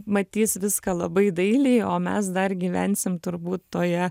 matys viską labai dailiai o mes dar gyvensim turbūt toje